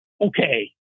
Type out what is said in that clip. okay